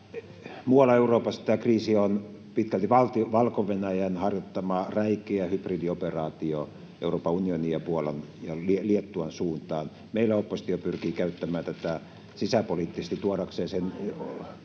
Muualla Euroopassa tämä kriisi on pitkälti Valko-Venäjän harjoittama räikeä hybridioperaatio Euroopan unionin ja Puolan ja Liettuan suuntaan. Meillä oppositio pyrkii käyttämään tätä sisäpoliittisesti tuodakseen sen